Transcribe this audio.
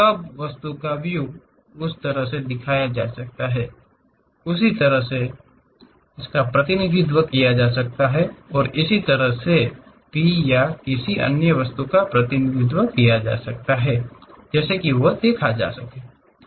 तब वस्तु का व्यू उस तरह से दिखाया जा सकता है उस तरह से भी इसका प्रतिनिधित्व किया जा सकता है और इसे उस तरह से भी या किसी अन्य वस्तु का प्रतिनिधित्व किया जा सकता है जिसे देखा जा सकता है